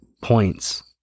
points